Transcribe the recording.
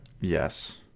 Yes